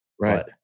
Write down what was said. right